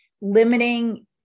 limiting